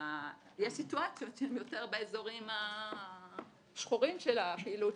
סיטואציות שהן יותר באזורים השחורים של הפעילות,